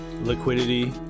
liquidity